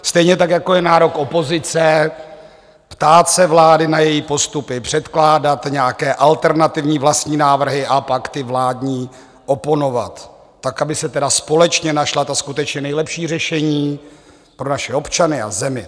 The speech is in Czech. Stejně tak, jako je nárok opozice ptát se vlády na její postupy, předkládat nějaké alternativní vlastní návrhy a pak ty vládní oponovat, tak aby se společně našla ta skutečně nejlepší řešení pro naše občany a zemi.